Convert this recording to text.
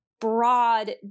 broad